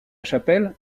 chapelle